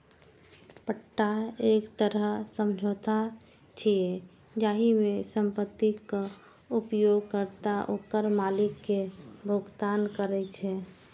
पट्टा एक तरह समझौता छियै, जाहि मे संपत्तिक उपयोगकर्ता ओकर मालिक कें भुगतान करै छै